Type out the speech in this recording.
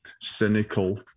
cynical